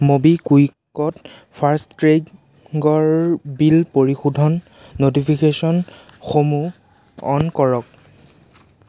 ম'বিকুইকত ফাষ্টটেগৰ বিল পৰিশোধৰ ন'টিফিকেশ্যনসমূহ অ'ন কৰক